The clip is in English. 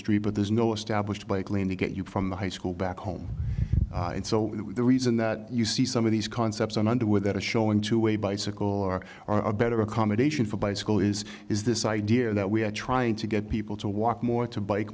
street but there's no established bike lane to get you from the high school back home and so the reason that you see some of these concepts on underwear that are showing to a bicycle or are better accommodation for bicycle is is this idea that we are trying to get people to walk more to bike